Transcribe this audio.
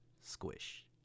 squish